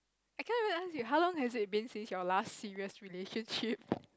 I cannot even ask you how long has it been since your last serious relationship